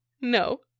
No